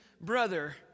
brother